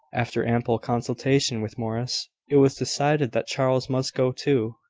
after ample consultation with morris, it was decided that charles must go too,